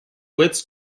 wits